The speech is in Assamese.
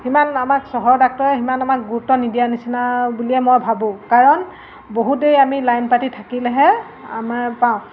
সিমান আমাক চহৰৰ ডাক্তৰে সিমান আমাক গুৰুত্ব নিদিয়া নিচিনা বুলিয়ে মই ভাবোঁ কাৰণ বহুত দেই আমি লাইন পাতি থাকিলেহে আমাৰ পাওঁ